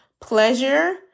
pleasure